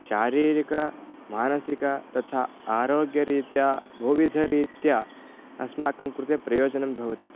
शारीरिकं मानसिकं तथा आरोग्यरीत्या बहुविधरीत्या अस्माकं कृते प्रयोजनं भवति